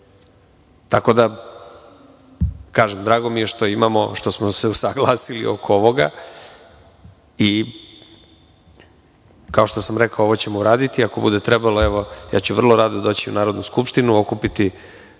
moramo da težimo. Drago mi je što smo se usaglasili oko ovoga i, kao što sam rekao, ovo ćemo uraditi. Ako bude trebalo ja ću vrlo rado doći u Narodnu skupštinu, okupiti